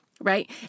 right